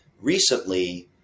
recently